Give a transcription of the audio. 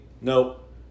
nope